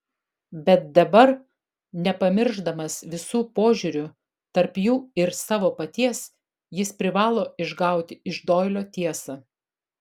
bet dabar nepamiršdamas visų požiūrių tarp jų ir savo paties jis privalo išgauti iš doilio tiesą